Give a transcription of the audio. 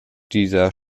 dieser